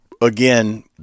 again